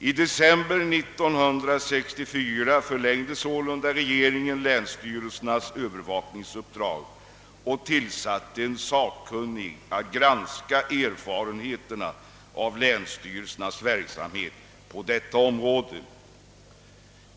I december 1964 förlängde sålunda regeringen länsstyrelsernas Övervakningsuppdrag och tillsatte en sakkunnig för att granska erfarenheterna av länsstyrelsernas verksamhet på detta område.